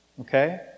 okay